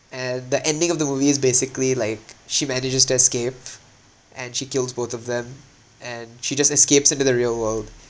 and the ending of the movie is basically like she manages to escape and she kills both of them and she just escapes into the real world